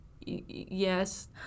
yes